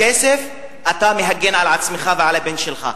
בכסף אתה מהגן על עצמך ועל הבן שלך.